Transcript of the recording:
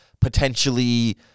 potentially